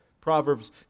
proverbs